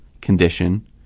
condition